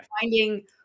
finding